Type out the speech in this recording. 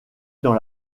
dans